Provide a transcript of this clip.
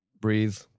breathe